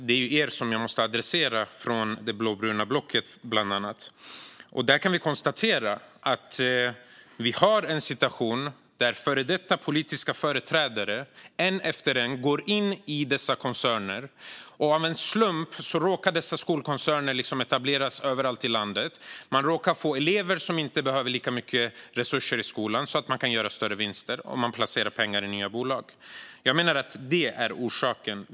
Det är bland annat er i det blåbruna blocket som jag måste adressera. Vi kan konstatera att vi har en situation där före detta politiska företrädare en efter en går in i de här koncernerna, och liksom av en slump råkar dessa skolkoncerner etableras överallt. De råkar få elever som inte behöver lika mycket resurser i skolan, så att det går att göra större vinster, och de placerar pengar i nya bolag. Jag menar att detta är orsaken.